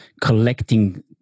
collecting